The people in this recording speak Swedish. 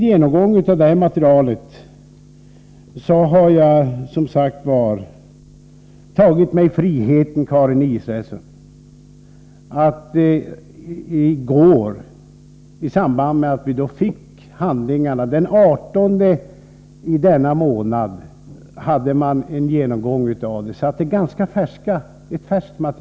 Den 18 april skedde en genomgång av detta material. Det är alltså ett ganska färskt och slutligt material som jag har haft att arbeta med.